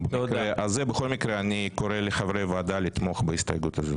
בכל מקרה אני קורא לחברי הוועדה לתמוך בהסתייגות הזו.